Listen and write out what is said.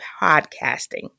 podcasting